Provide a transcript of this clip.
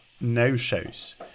no-shows